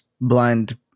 blind